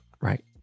right